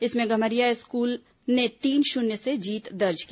इसमें गम्हरिया स्कूल ने तीन शून्य से जीत दर्ज की